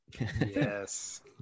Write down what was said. Yes